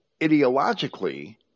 ideologically